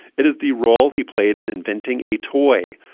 it is the role he played in inventing a toy,